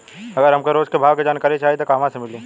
अगर हमके रोज के भाव के जानकारी चाही त कहवा से मिली?